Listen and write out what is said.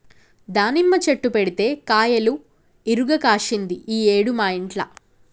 దానిమ్మ చెట్టు పెడితే కాయలు ఇరుగ కాశింది ఈ ఏడు మా ఇంట్ల